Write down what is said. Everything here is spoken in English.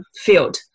field